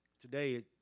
Today